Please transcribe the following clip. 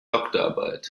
doktorarbeit